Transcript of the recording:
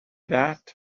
that